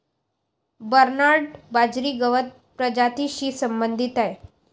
Bernard बाजरी गवत प्रजातीशी संबंधित आहे